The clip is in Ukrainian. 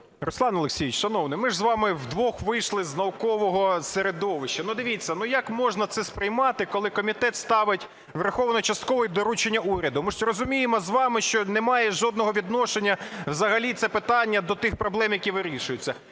Руслан Олексійович, шановний, ми з вами вдвох вийшли з наукового середовища. Дивіться, як можна це сприймати, коли комітет ставить "враховано частково і доручення уряду". Ми ж розуміємо з вами, що не має жодного відношення взагалі це питання до тих проблем, які вирішуються.